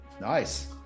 nice